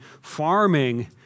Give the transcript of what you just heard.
farming